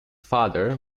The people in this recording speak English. father